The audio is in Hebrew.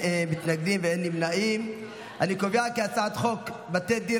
ההצעה להעביר את הצעת חוק בתי דין